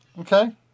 Okay